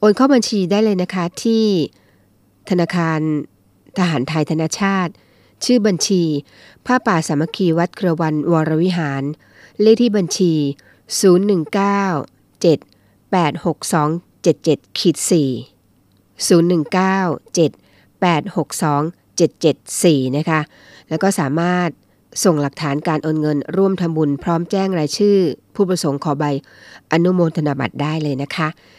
โอนเข้าบัญชีได้เลยนะคะ ที่ธนาคารทหารไทยธนชาต ชื่อบัญชีผ้าป่าสามัคคีวัดกระวันวรวิหาร เลขที่บัญชี 019-7-86277-4 019-7-86277-4 นะคะ แล้วก็สามารถส่งหลักฐานการโอนเงินร่วมทำบุญพร้อมแจ้งรายชื่อผู้ประสงค์ขอใบอนุโมทนาบัตรได้เลยนะคะ